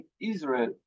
Israel